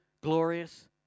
glorious